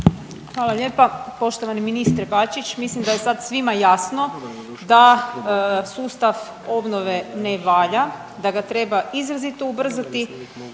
Hvala lijepa. Poštovani ministre Bačić, mislim da je sad svima jasno da sustav obnove ne valja, da ga treba izrazito ubrzati